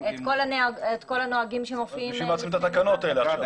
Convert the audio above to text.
את כל הנוהגים שמופיעים --- אז בשביל מה צריכים את התקנות האלה עכשיו?